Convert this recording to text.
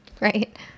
Right